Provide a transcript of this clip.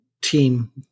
team